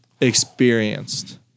experienced